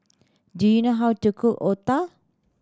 do you know how to cook otah